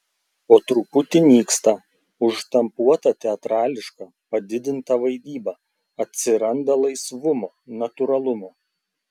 po truputį nyksta užštampuota teatrališka padidinta vaidyba atsiranda laisvumo natūralumo